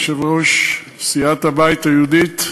יושבת-ראש סיעת הבית היהודי,